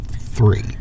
three